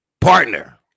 Partner